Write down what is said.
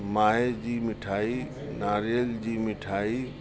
माए जी मिठाई नारियल जी मिठाई